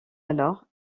alors